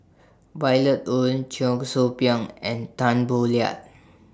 Violet Oon Cheong Soo Pieng and Tan Boo Liat